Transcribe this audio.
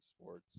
sports